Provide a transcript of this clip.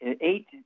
eight